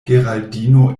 geraldino